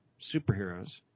superheroes